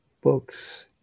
books